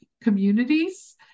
communities